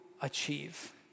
achieve